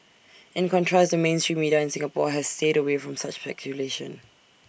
in contrast the mainstream media in Singapore has stayed away from such speculation